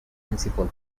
principal